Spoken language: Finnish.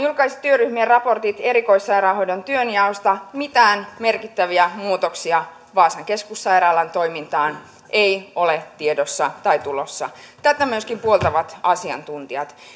julkaisi työryhmien raportit erikoissairaanhoidon työnjaosta ja mitään merkittäviä muutoksia vaasan keskussairaalan toimintaan ei ole tiedossa tai tulossa tätä myöskin puoltavat asiantuntijat